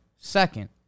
Second